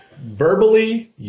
Verbally